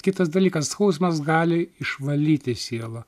kitas dalykas skausmas gali išvalyti sielą